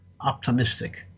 optimistic